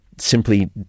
Simply